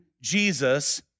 Jesus